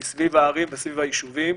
היא סביב הערים וסביב היישובים.